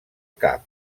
cap